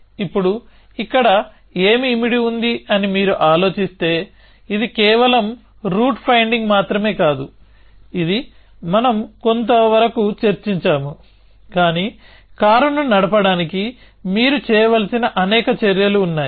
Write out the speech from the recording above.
ఇప్పుడు ఇక్కడ ఏమి ఇమిడి ఉంది అని మీరు ఆలోచిస్తే ఇది కేవలం రూట్ ఫైండింగ్ మాత్రమే కాదు ఇది మనం కొంత వరకు చర్చించాము కానీ కారును నడపడానికి మీరు చేయవలసిన అనేక చర్యలు ఉన్నాయి